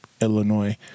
Illinois